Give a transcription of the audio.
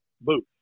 booth